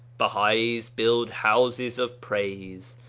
bahais build houses of praise,